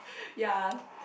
ya